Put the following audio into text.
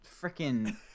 freaking